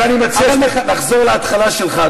אבל אני מציע שנחזור להתחלה שלך,